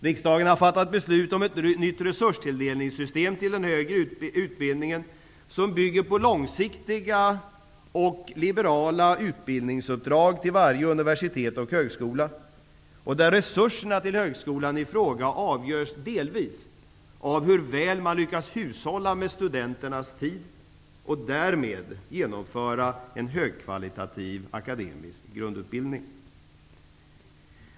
Riksdagen har fattat beslut om ett nytt resurstilldelningssystem för den högre utbildningen, som bygger på långsiktiga och liberala utbildningsuppdrag till varje universitet och högskola och där resurserna till högskolan i fråga avgörs delvis av hur väl man lyckats hushålla med studenternas tid och därmed genomföra en högkvalitativ akademisk grundutbildning.